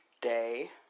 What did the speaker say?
day